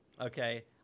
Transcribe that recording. okay